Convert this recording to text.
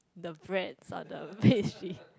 the breads are the pastry